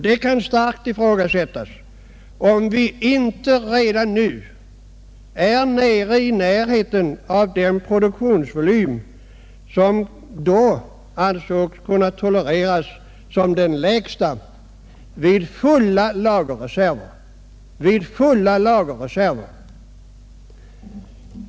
Det kan starkt ifrågasättas, om vi inte redan nu är nere i närheten av den produktionsvolym som dä ansågs kunna tolereras som den lägsta rid fulla lagerreserver.